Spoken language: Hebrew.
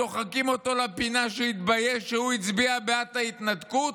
דוחקים אותו לפינה שהוא התבייש שהוא הצביע בעד ההתנתקות,